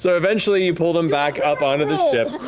so eventually, you pull them back up, on to the ship.